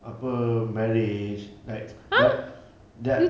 apa marriage like that that